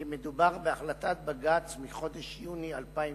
בהחלטת בג"ץ מחודש יוני 2009,